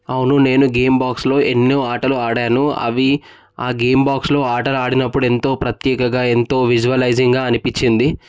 అవును నేను గేమ్ బాక్స్లో ఎన్నో ఆటలు ఆడాను అవి ఆ గేమ్ బాక్స్లో ఆటలు ఆడినప్పుడు ఎంతో ప్రత్యేకంగా ఎంతో విజువలైజింగ్గా అనిపించింది